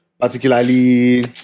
particularly